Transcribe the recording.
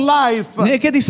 life